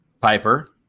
Piper